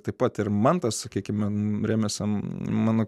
taip pat ir mantas sakykimem remesa mano